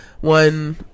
one